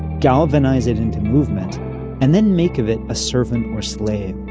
galvanize it into movement and then make of it a servant or slave,